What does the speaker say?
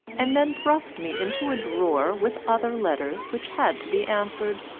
and then thrust me into a drawer with other letters which had to be answered.